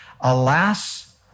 alas